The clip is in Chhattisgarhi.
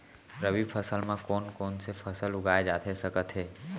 रबि फसल म कोन कोन से फसल उगाए जाथे सकत हे?